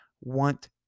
want